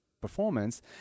performance